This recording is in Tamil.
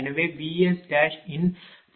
எனவே இது VS ன் புதிய நிலை